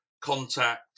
contact